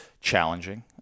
challenging